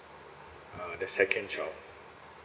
uh the second child